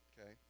Okay